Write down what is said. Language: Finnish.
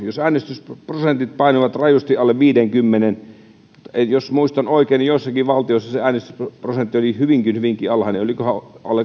jos äänestysprosentit painuvat rajusti alle viidenkymmenen jos muistan oikein niin joissakin valtioissa se äänestysprosentti oli hyvinkin hyvinkin alhainen olikohan